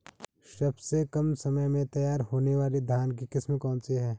सबसे कम समय में तैयार होने वाली धान की किस्म कौन सी है?